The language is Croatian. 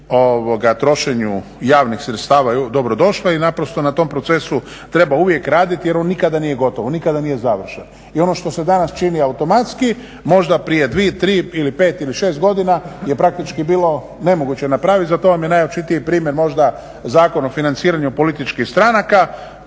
u trošenju javnih sredstava je dobro došla i naprosto na tom procesu treba uvijek raditi jer on nikada nije gotov, on nikada nije završen i ono što se danas čini automatski, možda prije 2, 3 ili 5 ili 6 godina je praktički bilo nemoguće napraviti, za to vam je najočitiji primjer možda Zakon o financiranju političkih stranaka